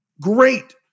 Great